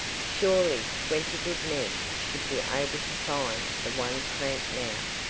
surely twenty good men should be able to find the one tramp now.